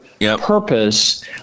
purpose